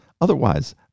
Otherwise